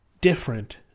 different